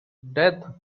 death